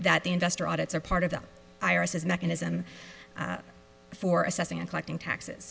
that the investor audits are part of the irises mechanism for assessing and collecting taxes